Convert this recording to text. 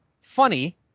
funny